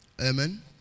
Amen